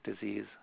disease